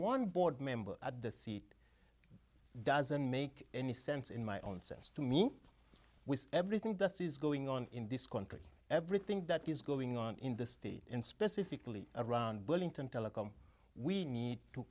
one board member at the seat doesn't make any sense in my own sense to me with everything that is going on in this country everything that is going on in the state in specifically around burlington telecom we need to